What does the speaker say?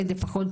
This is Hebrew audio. מרוחקים.